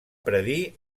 predir